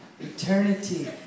Eternity